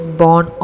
born